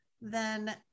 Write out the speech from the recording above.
then-